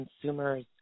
consumers